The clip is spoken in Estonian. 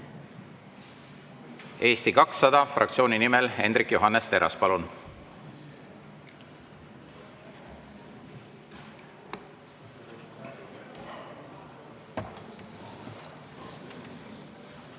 Eesti 200 fraktsiooni nimel Hendrik Johannes Terras, palun!